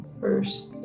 first